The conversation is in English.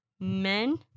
men